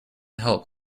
help